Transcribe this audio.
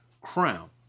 crown